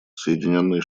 соединенные